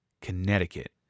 Connecticut